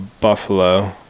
Buffalo